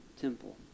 temple